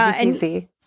Easy